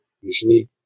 usually